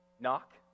Knock